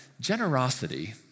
generosity